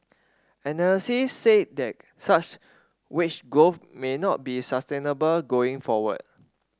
analysis said that such wage growth may not be sustainable going forward